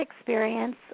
experience